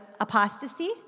apostasy